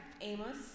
Amos